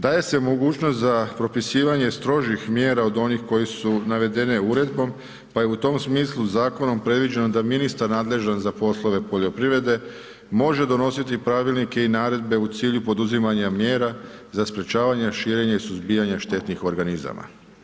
Daje se mogućnost za propisivanje strožih mjera od onih koje su navedene uredbom pa je u tom smislu zakonom predviđeno da ministar nadležan za poslove poljoprivrede može donositi pravilnike i naredbe u cilju poduzimanja mjera za sprječavanje, širenje i suzbijanje štetnih organizama.